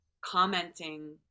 commenting